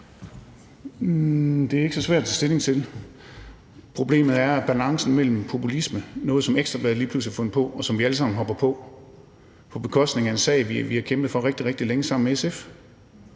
Det er ikke så svært at tage stilling til, men problemet er balancen, altså populisme, noget, som Ekstra Bladet lige pludselig har fundet på, og som vi alle sammen hopper på, og det er på bekostning af en sag, vi har kæmpet for rigtig, rigtig længe sammen med SF.